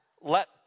Let